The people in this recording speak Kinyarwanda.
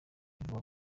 ivuga